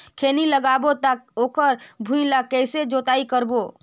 खैनी लगाबो ता ओकर भुईं ला कइसे जोताई करबो?